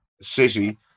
City